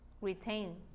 retain